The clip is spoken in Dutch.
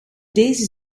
deze